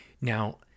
Now